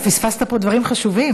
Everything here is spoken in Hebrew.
אתה פספסת פה דברים חשובים.